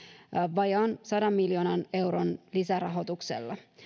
vajaan sadan miljoonan euron lisärahoituksella